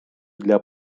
для